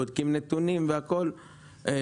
בודקים נתונים ואגב,